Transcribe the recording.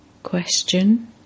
Question